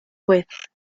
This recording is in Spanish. juez